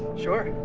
sure